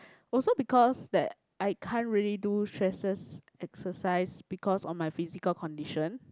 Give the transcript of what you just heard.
also because that I can't really do stresses exercise because of my physical condition